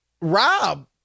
Rob